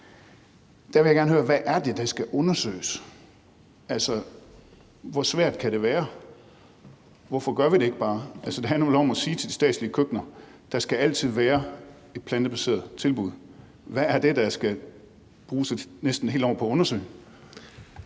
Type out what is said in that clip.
Hvad er det, der skal undersøges? Altså, hvor svært kan det være? Hvorfor gør vi det ikke bare? Altså, det handler vel om at sige til de statslige køkkener, at der altid skal være et plantebaseret tilbud. Hvad er det, der skal bruges næsten et helt år på at undersøge?